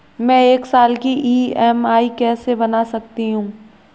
मैं एक साल की ई.एम.आई कैसे बना सकती हूँ?